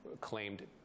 claimed